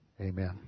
Amen